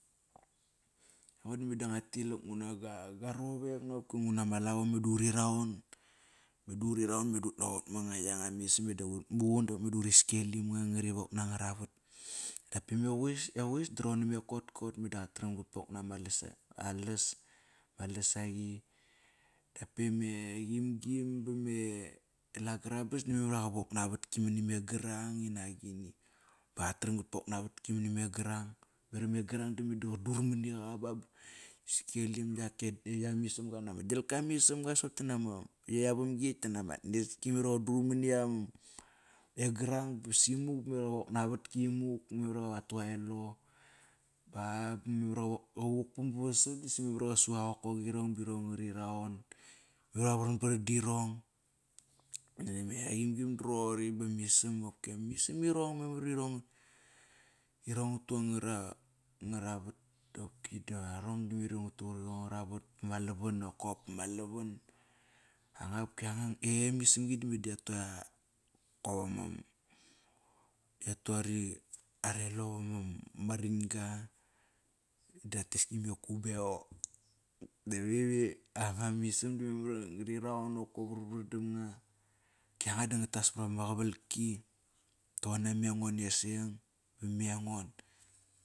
Ngo damoido ngua tilak nguna gua rivek. Noqopki nguna ma lavo mada uri raun. Mada uri raun, mada ut naqat manga, yanga ma isam, mada ut muqun, mada uri skelim nga ngari wok nangravat. Dap eme quis, equis da rhoqor na me kotkot mada qatram qat pok nama lasa, aa las aa lasaqi. Dap e me qimgim ba me lagrabas da mara a qa wok naa avatki mani me grang inak agini, bo qatram qat pok naa vatki mani me grang, varam me grang dame da qa dur mani qa ba ba ngi skelim iayak e grang yak ama ismga, nama gilka ma ismga sop nak ama ekt avamgi diama qatneski rhoqor dur mani ak-e grang ba simuk ba qa wok naa valki muk, mamar ive qatu elo ba ba memar ive qavuk pam ba vasat disi memar ive qusu aa qokoqirong birong ngari raun, memar ive varvar damirong, dame qimgim da roqori, bama ism qopki ama ismirong memar ivirong, irong nga tu angara ngaravat qopki da arong dirong ngari tak angravat vama lavan nakop ma lavan. Anga-qopki qopki, ekt ama ismgi me da ya tu a kop ama yatu ara elo vama ran-ga. Da rateski me kubeo. Anga ma isam memar iva ngari raun nakop. varvar dam nga. Qopki anga da nga tas pama qavalki toqor nama engoneseng ba me engon.